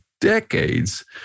decades